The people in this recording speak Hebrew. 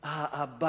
לשעבר,